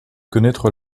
connaître